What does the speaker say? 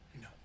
No